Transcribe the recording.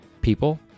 People